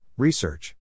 Research